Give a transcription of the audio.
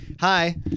hi